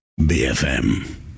BFM